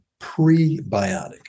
prebiotic